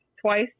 twice